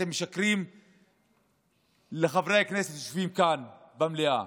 אתם משקרים לחברי הכנסת שיושבים כאן במליאה.